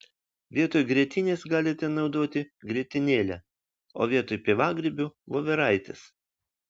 vietoj grietinės galite naudoti grietinėlę o vietoj pievagrybių voveraites